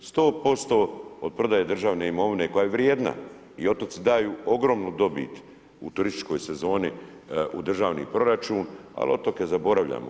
100% od prodaje državne imovine koja je vrijedna i otoci daju ogromnu dobit u turističkoj sezoni u državni proračun, ali otoke zaboravljamo.